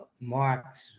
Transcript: Marx